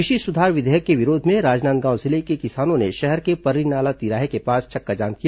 कृषि सुधार विधेयक के विरोध में राजनांदगांव जिले के किसानों ने शहर के पर्रीनाला तिराहे के पास चक्काजाम किया